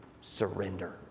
surrender